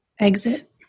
Exit